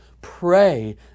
Pray